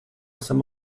some